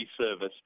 service